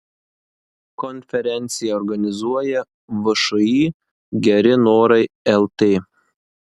konferenciją organizuoja všį geri norai lt